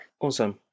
Awesome